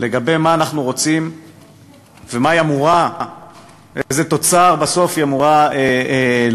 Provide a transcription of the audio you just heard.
לגבי מה אנחנו רוצים ואיזה תוצר בסוף היא אמורה לתת,